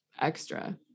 extra